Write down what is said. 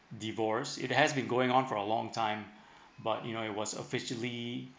divorce it has been going on for a long time but you know it was officially